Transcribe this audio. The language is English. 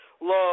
love